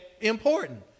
important